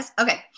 Okay